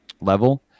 level